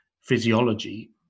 physiology